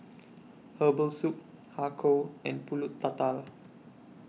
Herbal Soup Har Kow and Pulut Tatal